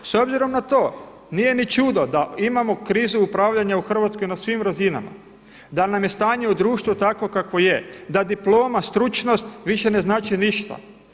S obzirom na to nije ni čudo da imamo krizu upravljanja u Hrvatskoj na svim razinama, da nam je stanje u društvu takvo kakvo je, da diploma, stručnost više ne znači ništa.